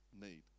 need